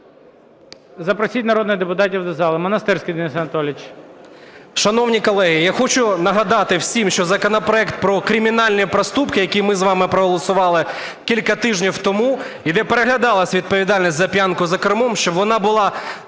Запросіть народних депутатів до зали. Монастирський Денис Анатолійович.